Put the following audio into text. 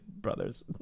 Brothers